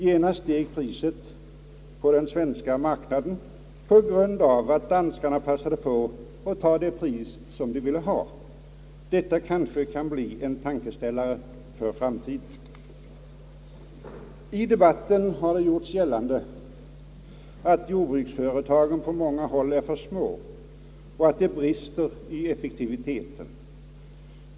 Genast steg priset på den svenska marknaden på grund av att danskarna passade på att ta ut det pris som de ville ha. Detta kanske kan bli en tankeställare för framtiden. I debatten har det gjorts gällande att jordbruksföretagen på många håll är för små och att det brister i effektiviteten.